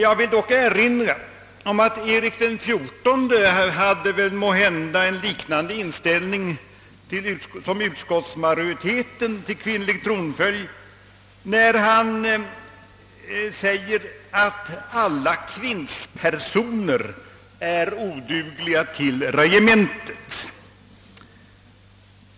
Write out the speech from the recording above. Jag vill dock erinra om att Erik XIV till frågan om kvinnlig tronföljd måhända hade en inställning liknande den som utskottsmajoriteten har, när han sade att »alla kvinnspersoner är odugliga till regementet».